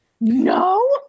No